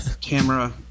Camera